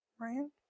Ryan